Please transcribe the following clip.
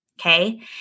okay